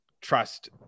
trust